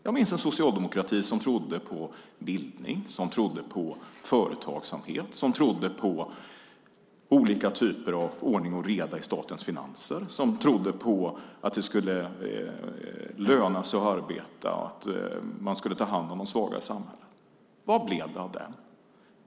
Jag minns en socialdemokrati som trodde på bildning, företagsamhet och ordning och reda i statens finanser och som trodde på att det skulle löna sig att arbeta och att man skulle ta hand om de svaga i samhället. Vad blev det av det?